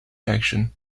action